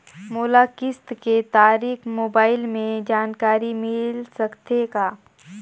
मोला किस्त के तारिक मोबाइल मे जानकारी मिल सकथे का?